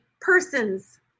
persons